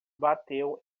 bateu